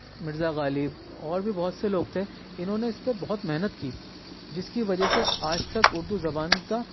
مرزا غالب اور بھی بہت سے لوگ تھے انہوں نے اس پہ بہت محنت کی جس کی وجہ سے آج تک اردو زبان کا